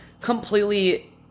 completely